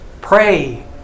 Pray